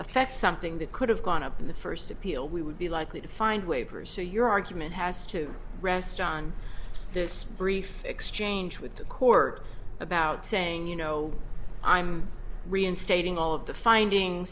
affect something that could have gone up in the first appeal we would be likely to find waivers so your argument has to rest on this brief exchange with the court about saying you know i'm reinstating all of the finding